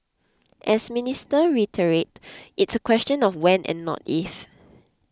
as Minister reiterated it's a question of when and not if